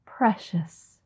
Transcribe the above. Precious